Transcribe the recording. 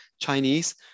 Chinese